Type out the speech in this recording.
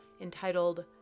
entitled